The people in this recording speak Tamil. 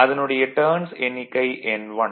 அதனுடைய டர்ன்ஸ் எண்ணிக்கை N1